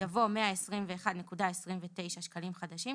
יבוא "121.29 שקלים חדשים".